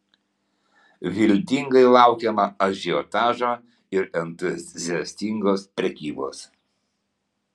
viltingai laukiama ažiotažo ir entuziastingos prekybos